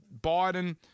Biden